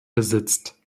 besitzt